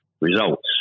results